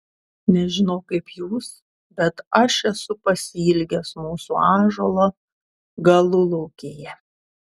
nežinau kaip jūs bet aš esu pasiilgęs mūsų ąžuolo galulaukėje